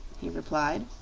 he replied.